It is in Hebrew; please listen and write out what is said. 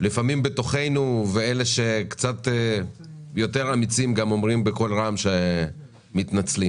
לפעמים בפנים והאמיצים גם אומרים בקול רם שהם טעו.